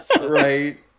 right